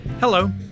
Hello